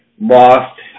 lost